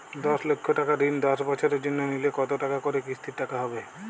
দশ লক্ষ টাকার ঋণ দশ বছরের জন্য নিলে কতো টাকা করে কিস্তির টাকা হবে?